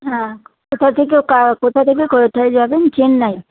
হ্যাঁ কোথা থেকে কোথা থেকে কোথায় যাবেন চেন্নাই